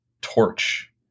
torch